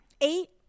Eight